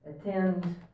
attend